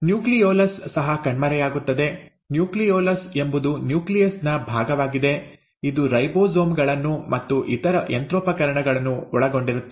nucleolus ಸಹ ಕಣ್ಮರೆಯಾಗುತ್ತದೆ nucleolus ಎಂಬುದು ನ್ಯೂಕ್ಲಿಯಸ್ ನ ಭಾಗವಾಗಿದೆ ಇದು ರೈಬೋಸೋಮ್ ಗಳನ್ನು ಮತ್ತು ಇತರ ಯಂತ್ರೋಪಕರಣಗಳನ್ನು ಒಳಗೊಂಡಿರುತ್ತದೆ